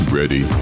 ready